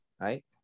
right